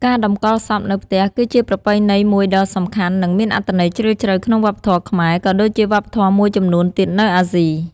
ការតម្កល់សពនៅផ្ទះ គឺជាប្រពៃណីមួយដ៏សំខាន់ និងមានអត្ថន័យជ្រាលជ្រៅក្នុងវប្បធម៌ខ្មែរ ក៏ដូចជាវប្បធម៌មួយចំនួនទៀតនៅអាស៊ី។